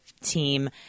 team